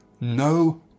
no